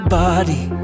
body